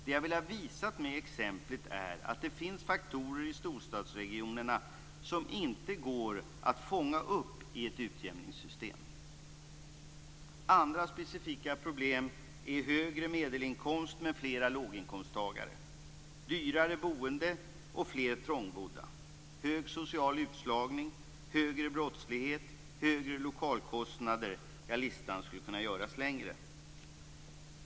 Det som jag har velat visa med dessa exempel är att det finns faktorer i storstadsregionerna som inte kan fångas upp i ett utjämningssystem. Andra specifika problem är högre medelinkomst men fler låginkomsttagare, dyrare boende och fler trångbodda, hög social utslagning, högre brottslighet, högre lokalkostnader - listan skulle kunna göras längre.